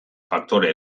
faktore